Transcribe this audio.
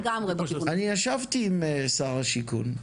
אני ישבתי עם שר השיכון,